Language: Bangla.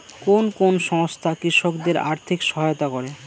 কোন কোন সংস্থা কৃষকদের আর্থিক সহায়তা করে?